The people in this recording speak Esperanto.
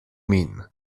min